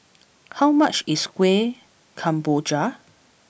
how much is Kueh Kemboja